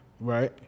Right